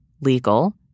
legal